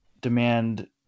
demand